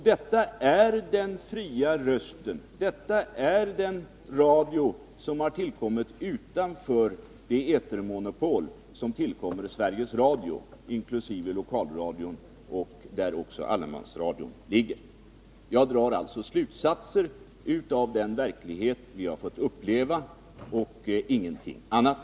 Närradion är den fria rösten och den radio som har kommit till stånd utanför det etermonopol som tillkommer Sveriges Radio, inkl. lokalradion där även allemansradion ligger. Jag drar alltså min slutsats av den verklighet som vi har fått uppleva och ingenting annat.